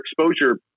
exposure